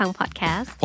podcast